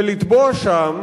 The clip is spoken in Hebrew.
ולתבוע שם